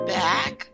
back